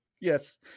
Yes